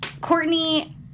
Courtney